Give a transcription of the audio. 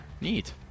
Neat